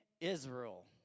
Israel